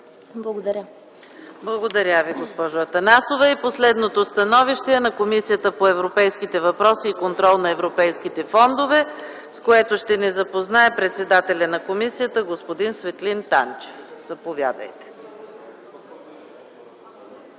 МИХАЙЛОВА: Благодаря Ви, госпожо Атанасова. Последното становище е на Комисията по европейските въпроси и контрол на европейските фондове, с което ще ни запознае председателят на комисията господин Светлин Танчев. Заповядайте.